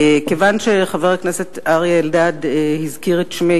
כיוון שחבר הכנסת אריה אלדד הזכיר את שמי